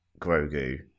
Grogu